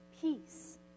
peace